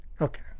Okay